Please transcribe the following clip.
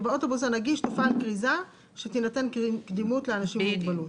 שבאוטובוס הנגיש תופעל כריזה שתינתן קדימות לאנשים עם מוגבלות.